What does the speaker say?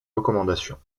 recommandations